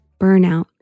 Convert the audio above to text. burnout